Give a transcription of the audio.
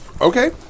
Okay